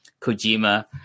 Kojima